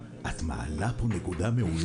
לפי פרופסור גרוטו וגם מבקר המדינה,